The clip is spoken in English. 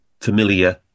familiar